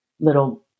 little